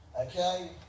Okay